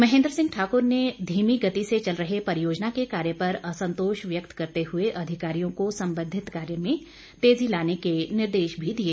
महेंद्र सिंह ठाक्र ने धीमी गति से चल रहे परियोजना के कार्य पर असंतोष व्यक्त करते हुए अधिकारियों को संबंधित कार्य में तेजी लाने के निर्देश भी दिए